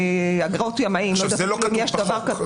אגרות הימאים --- זה לא כתוב בחוק,